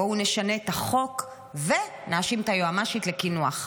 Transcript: בואו נשנה את החוק ונאשים את היועמ"שית לקינוח.